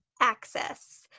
access